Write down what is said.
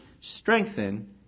strengthen